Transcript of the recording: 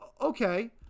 Okay